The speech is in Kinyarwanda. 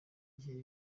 gihe